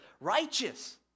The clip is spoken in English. righteous